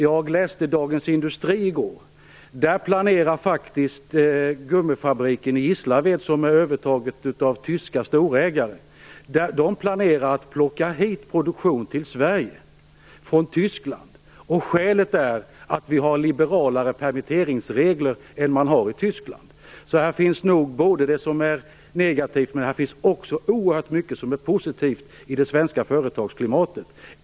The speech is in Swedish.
Jag läste Dagens Industri i går, och där stod det att gummifabriken i Gislaved, som har övertagits av tyska storägare, planerar att flytta produktion till Sverige från Tyskland. Skälet är att vi har liberalare permitteringsregler än man har i Tyskland. Här finns nog både det som är negativt men också oerhört mycket som är positivt i det svenska företagsklimatet.